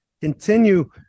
Continue